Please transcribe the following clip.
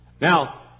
Now